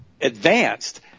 advanced